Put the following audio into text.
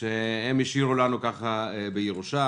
שהם השאירו לנו בירושה.